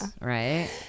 Right